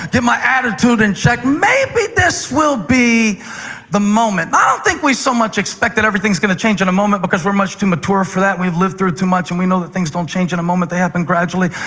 get my attitude in check. maybe this will be the moment. i don't think we so much expect that everything is going to change in a moment, because we're much too mature for that. we've lived through too much, and we know things don't change in a moment they happen gradually.